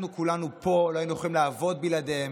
אנחנו כולנו פה לא היינו הולכים לעבוד בלעדיהם,